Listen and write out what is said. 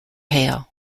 hale